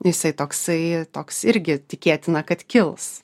jisai toksai toks irgi tikėtina kad kils